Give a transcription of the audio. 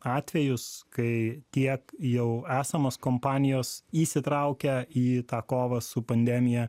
atvejus kai tiek jau esamos kompanijos įsitraukę į tą kovą su pandemija